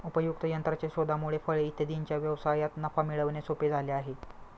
उपयुक्त यंत्राच्या शोधामुळे फळे इत्यादींच्या व्यवसायात नफा मिळवणे सोपे झाले आहे